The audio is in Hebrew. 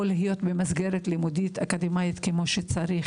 להיות במסגרת לימודית אקדמאית כמו שצריך